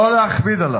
לא להכביד אותו,